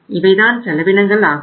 இவைதான் செலவினங்கள் ஆகும்